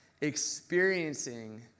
Experiencing